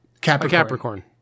Capricorn